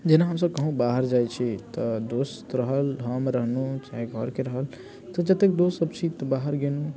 जेना हम सभ कहुँ बाहर जाइत छी तऽ दोस्त रहल हम रहलहुँ चाहे घरके रहल तऽ जतेक दोस्त सभ छी तऽ बाहर गेलहुँ